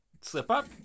slip-up